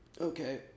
Okay